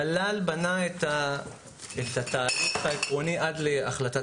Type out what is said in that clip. המל"ל בנה את התהליך העקרוני עד החלטת